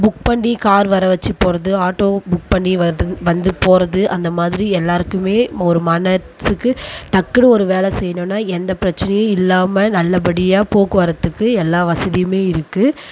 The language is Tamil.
புக் பண்ணி கார் வரவைத்து போகிறது ஆட்டோ புக் பண்ணி வர்றந் வந்து போகிறது அந்த மாதிரி எல்லோருக்குமே ஒரு மனசுக்கு டக்குன்னு ஒரு வேலை செய்யணுன்னா எந்த பிரச்சனையும் இல்லாமல் நல்லபடியாக போக்குவரத்துக்கு எல்லா வசதியும் இருக்குது